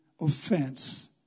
offense